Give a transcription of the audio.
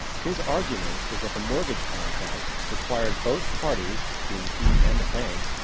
his argument was that the mortgage contract required both parties, being he and the bank,